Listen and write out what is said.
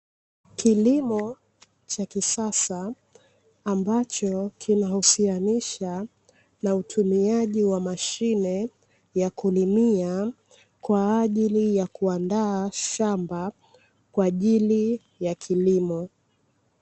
Kilimo cha kisasa ambacho kinahusianisha na utumiaji wa mashine ya kulimia kwa ajili ya kuandaa shamba kwa ajili ya kilimo.